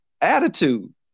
attitude